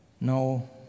No